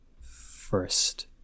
first